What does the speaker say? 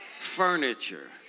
furniture